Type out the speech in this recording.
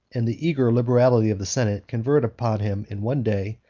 and the eager liberality of the senate conferred upon him, in one day,